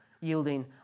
yielding